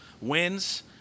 wins